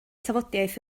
tafodiaith